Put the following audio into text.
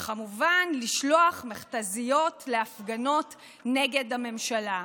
וכמובן לשלוח מכת"זיות להפגנות נגד הממשלה.